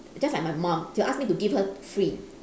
just like my mum she'll ask me to give her free